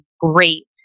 great